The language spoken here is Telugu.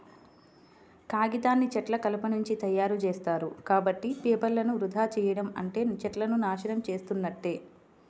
కాగితాన్ని చెట్ల కలపనుంచి తయ్యారుజేత్తారు, కాబట్టి పేపర్లను వృధా చెయ్యడం అంటే చెట్లను నాశనం చేసున్నట్లే